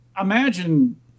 imagine